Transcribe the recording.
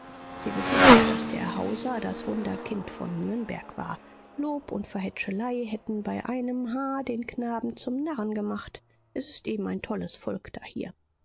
sie wissen doch daß der hauser das wunderkind von nürnberg war lob und verhätschelei hätten bei einem haar den knaben zum narren gemacht es ist eben ein tolles volk